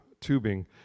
tubing